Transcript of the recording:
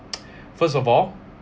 first of all